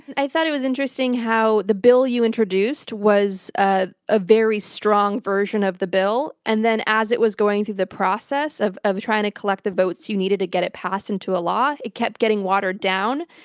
i thought it was interesting how the bill you introduced was ah a very strong version of the bill, and then as it was going through the process of of trying to collect the votes you needed to get it passed into a law, it kept getting watered down.